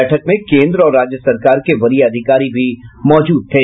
बैठक में केन्द्र और राज्य सरकार के वरीय अधिकारी भी मौजूद थे